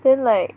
then like